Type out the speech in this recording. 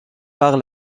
par